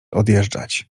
odjeżdżać